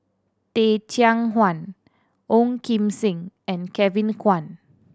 Teh Cheang Wan Ong Kim Seng and Kevin Kwan